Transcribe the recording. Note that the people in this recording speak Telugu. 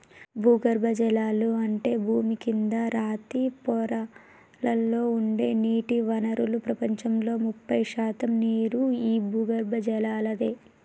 భూగర్బజలాలు అంటే భూమి కింద రాతి పొరలలో ఉండే నీటి వనరులు ప్రపంచంలో ముప్పై శాతం నీరు ఈ భూగర్బజలలాదే